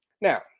Now